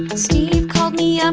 steve called me up,